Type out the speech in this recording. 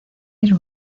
era